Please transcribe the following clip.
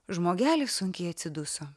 žmogelis sunkiai atsiduso